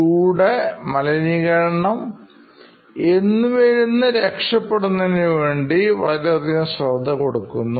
ചൂട് മലിനീകരണം എന്നിവയിൽ നിന്ന് രക്ഷപ്പെടുന്നതിന് വേണ്ടി വളരെയധികം ശ്രദ്ധ കൊടുക്കുന്നു